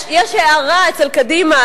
יש הארה אצל קדימה,